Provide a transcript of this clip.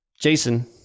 Jason